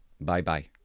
Bye-bye